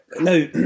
Now